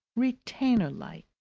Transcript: retainer-like.